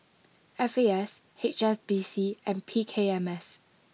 F A S H S B C and P K M S